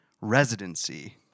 residency